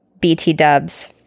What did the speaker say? BT-dubs